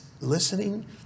listening